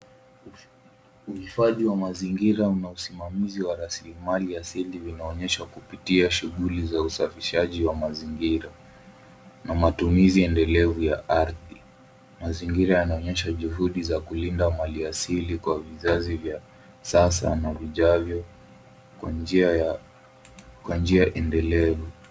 Uhifadhi wa mazingira na usimamizi wa rasilimali ya asili vinaonyeshwa kupitia shughuli za usafishaji wa mazingira na matumizi endelevu ya ardhi. Mazingira yanaonyesha juhudi za kulinda mali asili kwa vizazi vya sasa na vijavyo kwa njia endelevu.